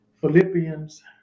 Philippians